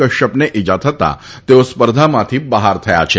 કશ્યપને ઇજા થતા તેઓ સ્પર્ધામાંથી બહાર થયા છે